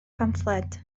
pamffled